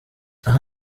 aha